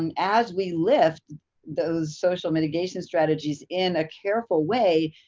and as we lift those social mitigation strategies in a careful way,